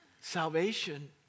Salvation